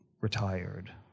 retired